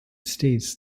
states